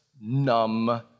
numb